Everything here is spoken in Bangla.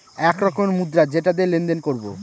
এক রকমের মুদ্রা যেটা দিয়ে লেনদেন করবো